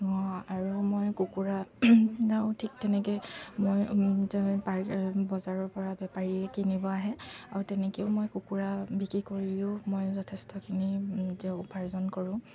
আৰু মই কুকুৰাও ঠিক তেনেকৈ মই বজাৰৰপৰা বেপাৰীয়ে কিনিব আহে আৰু তেনেকৈয়ো মই কুকুৰা বিক্ৰী কৰিও মই যথেষ্টখিনি এতিয়া উপাৰ্জন কৰোঁ